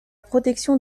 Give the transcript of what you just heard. protection